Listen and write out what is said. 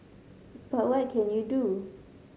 but what can you do